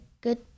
good